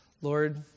Lord